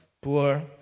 poor